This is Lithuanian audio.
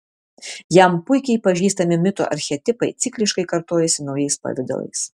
jam puikiai pažįstami mito archetipai cikliškai kartojasi naujais pavidalais